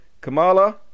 kamala